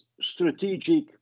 strategic